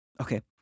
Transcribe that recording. Okay